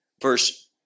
Verse